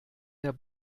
der